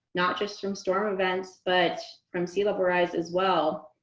not just from storm events, but from sea level rise as well.